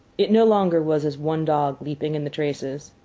it no longer was as one dog leaping in the traces.